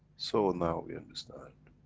so now we understand.